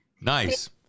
Nice